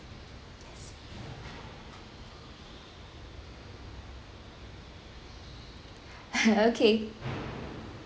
okay